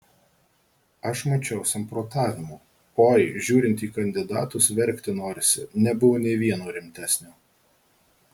aš mačiau samprotavimų oi žiūrint į kandidatus verkti norisi nebuvo nė vieno rimtesnio